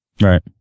Right